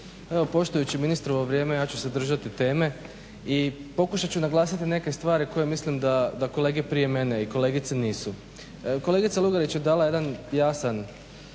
Evo poštujući ministrovo vrijeme ja ću se držati teme i pokušat ću naglasiti neke stvari koje mislim da kolege prije mene i kolegice nisu. Kolegica Lugarić je dalaj edan jasan